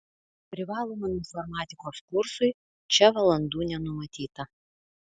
privalomam informatikos kursui čia valandų nenumatyta